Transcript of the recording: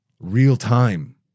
real-time